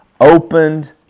opened